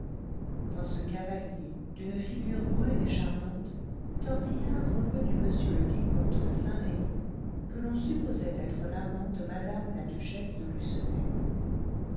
dans ce cavalier d'une figure brune et charmante tortillard reconnut m le vicomte de saint-remy que l'on supposait être l'amant de mme la duchesse de